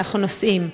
אנחנו נוסעים.